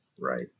Right